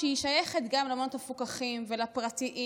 שהיא שייכת גם למעונות המפוקחים ולפרטיים